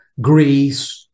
Greece